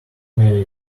may